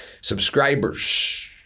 subscribers